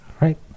right